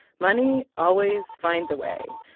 money always finds a way.